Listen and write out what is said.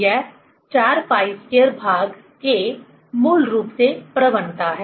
यह 4π2K मूल रूप से प्रवणता है